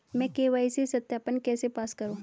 मैं के.वाई.सी सत्यापन कैसे पास करूँ?